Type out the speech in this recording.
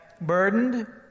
burdened